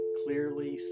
clearly